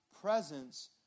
presence